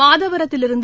மாதவரத்திலிருந்து